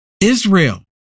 Israel